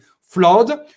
flawed